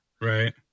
Right